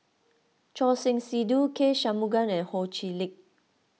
Choor Singh Sidhu K Shanmugam and Ho Chee Lick